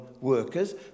workers